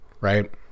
Right